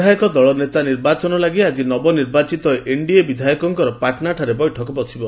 ବିଧାୟକ ଦଳ ନେତା ନିର୍ବାଚନ ଲାଗି ଆଜି ନବନିର୍ବାଚିତ ଏନ୍ଡିଏ ବିଧାୟକଙ୍କ ପାଟନାଠାରେ ବୈଠକ ବସିବ